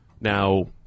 Now